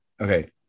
Okay